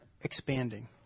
expanding